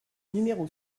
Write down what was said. numéro